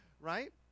right